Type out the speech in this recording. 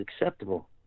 acceptable